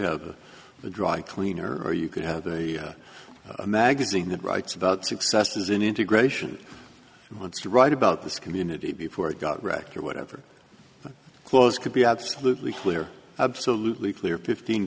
have the dry cleaner or you could have a magazine that writes about successes in integration and wants to write about this community before it got wrecked or whatever clothes could be absolutely clear absolutely clear fifteen